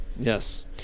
Yes